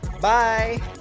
Bye